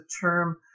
term